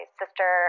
sister